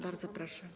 Bardzo proszę.